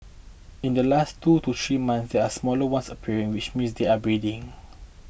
in the last two to three months there are smaller ones appearing which means they are breeding